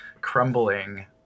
crumbling